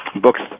books